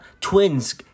Twins